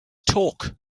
talk